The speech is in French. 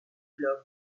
globe